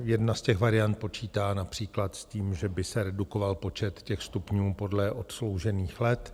Jedna z těch variant počítá například s tím, že by se redukoval počet stupňů podle odsloužených let.